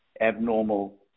abnormal